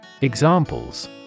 Examples